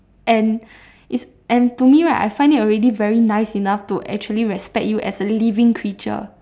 and is and to me right I find it already nice enough to actually respect you as a living creature